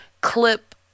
clip